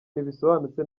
ntibisobanutse